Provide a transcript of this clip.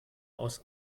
aus